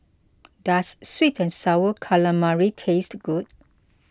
does Sweet and Sour Calamari taste good